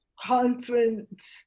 conference